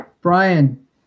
Brian